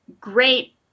great